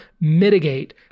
mitigate